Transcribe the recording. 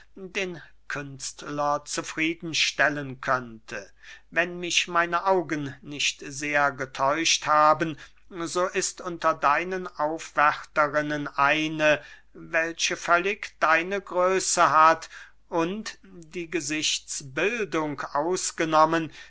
den künstler zufrieden stellen könnte wenn mich meine augen nicht sehr getäuscht haben so ist unter deinen aufwärterinnen eine welche völlig deine größe hat und die gesichtsbildung ausgenommen